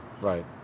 Right